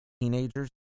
teenagers